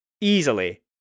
easily